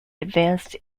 advanced